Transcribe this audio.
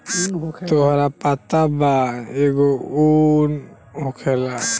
तोहरा पता बा एगो उन होखेला